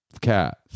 cat